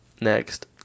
Next